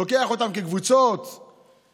הוא לוקח אותם בקבוצות החוצה.